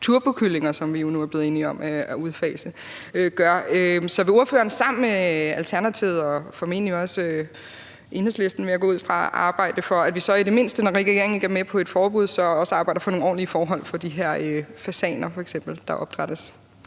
som vi nu er blevet enige om at udfase. Så vil ordføreren sammen med Alternativet og formentlig også Enhedslisten, vil jeg gå ud fra, arbejde for, at vi så, når nu regeringen ikke er med på et forbud, får nogle ordentlige forhold for de her fasaner, f.eks., der opdrættes?